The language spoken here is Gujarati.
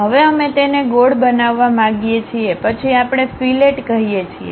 હવે અમે તેને ગોળ બનાવવા માગીએ છીએ પછી આપણે ફિલેટ કહીએ છીએ